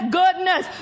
goodness